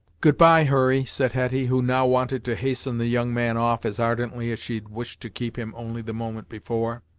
goodbye, hurry, said hetty, who now wanted to hasten the young man off, as ardently as she had wished to keep him only the moment before,